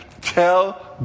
tell